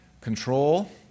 Control